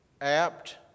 apt